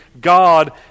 God